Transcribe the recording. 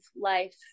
life